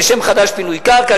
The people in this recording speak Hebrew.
לשם חדש: פינוי קרקע.